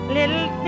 little